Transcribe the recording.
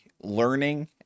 learning